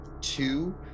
two